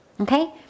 okay